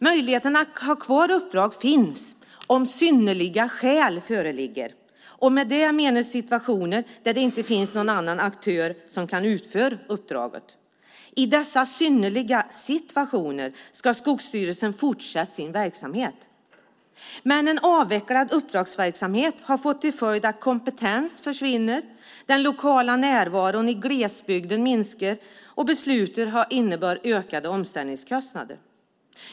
Möjligheten att ha kvar uppdrag finns om synnerliga skäl föreligger. Med det menas situationer där det inte finns någon annan aktör som kan utföra uppdraget. I dessa synnerliga situationer ska Skogsstyrelsen fortsätta sin verksamhet. Men en avvecklad uppdragsverksamhet har fått till följd att kompetens försvinner. Den lokala närvaron i glesbygden minskar, och beslutet har inneburit ökade omställningskostnader.